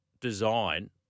design